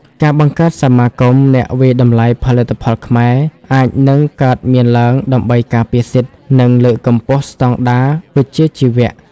ការបង្កើតសមាគមអ្នកវាយតម្លៃផលិតផលខ្មែរ អាចនឹងកើតមានឡើងដើម្បីការពារសិទ្ធិ និងលើកកម្ពស់ស្តង់ដារវិជ្ជាជីវៈ។